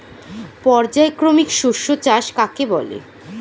পর্যায়ক্রমিক শস্য চাষ কাকে বলে?